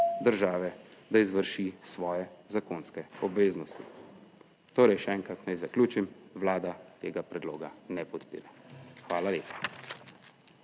države, da izvrši svoje zakonske obveznosti. Torej še enkrat naj zaključim: Vlada tega predloga ne podpira. Hvala lepa.